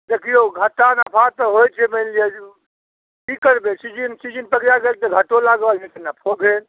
देखिऔ घाटा नफा तऽ होइ छै जे मानि लिअ जे कि करबै सीजन सीजन पकड़ा गेल तऽ घाटो लागल नहि तऽ नफो भेल